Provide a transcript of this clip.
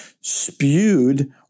spewed